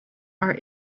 are